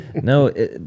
No